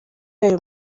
ayo